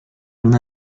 una